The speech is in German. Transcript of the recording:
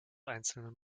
einzelnen